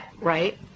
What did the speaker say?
right